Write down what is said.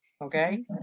okay